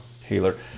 Taylor